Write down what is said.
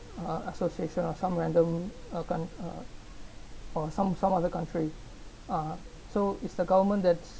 uh association or some random uh count~ uh or some some other country uh so it's the government that's